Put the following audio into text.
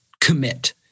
commit